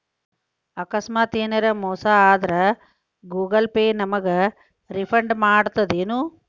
ಆಕಸ್ಮಾತ ಯೆನರ ಮೋಸ ಆದ್ರ ಗೂಗಲ ಪೇ ನಮಗ ರಿಫಂಡ್ ಮಾಡ್ತದೇನು?